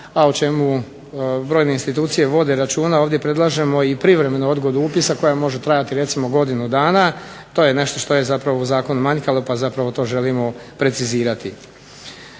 a o čemu brojne institucije vode računa. Ovdje predlažemo i privremenu odgodu upisa koja može trajati recimo godinu dana. To je nešto što je u zakonu manjkalo pa to želimo precizirati.